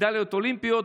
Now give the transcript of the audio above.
מדליות אולימפיות,